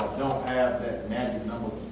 don't have that magic number